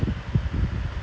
like you know